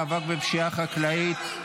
מאבק בפשיעה החקלאית),